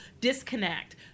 disconnect